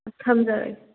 ꯊꯝꯖꯔꯒꯦ